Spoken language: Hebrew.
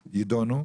ויידונו,